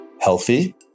healthy